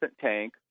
tank